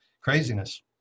craziness